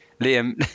liam